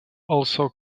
also